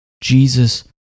Jesus